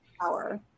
power